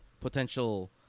potential